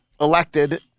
elected